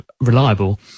reliable